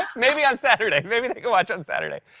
ah maybe on saturday. maybe they could watch on saturday.